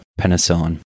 penicillin